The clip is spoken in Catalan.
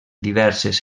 diverses